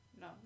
No